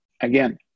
again